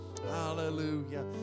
Hallelujah